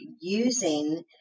using